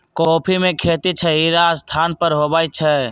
coffee में खेती छहिरा स्थान पर होइ छइ